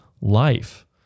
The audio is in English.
life